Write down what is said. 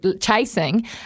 chasing